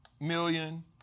million